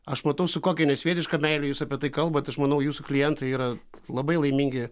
aš matau su kokia nesvietiška meile jūs apie tai kalbat aš manau jūsų klientai yra labai laimingi